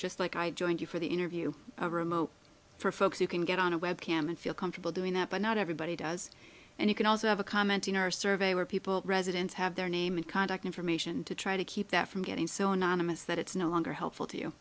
just like i joined you for the interview remote for folks you can get on a webcam and feel comfortable doing that but not everybody does and you can also have a comment in our survey where people residents have their name and contact information to try to keep that from getting so anonymous that it's no longer helpful to you